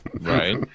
Right